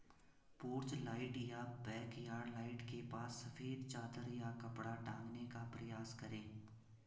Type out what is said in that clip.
porch light या backyard light के पास सफेद चादर या कपड़ा टांगने का प्रयास करें